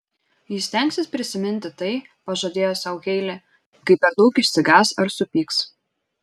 ji stengsis prisiminti tai pažadėjo sau heilė kai per daug išsigąs ar supyks